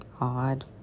odd